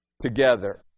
together